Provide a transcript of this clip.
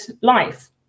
life